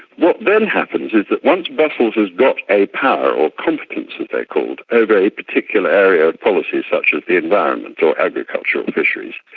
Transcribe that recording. what then happens is that once brussels has got a power or competence as they are called, over a particular area of policy such as the environment or agriculture or fisheries,